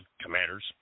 Commanders